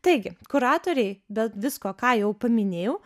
taigi kuratoriai be visko ką jau paminėjau